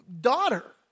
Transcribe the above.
daughter